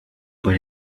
but